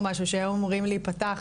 או משהו שהיו אמורים להיפתח